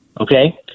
Okay